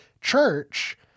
church